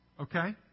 Okay